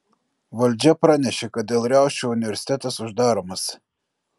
valdžia pranešė kad dėl riaušių universitetas uždaromas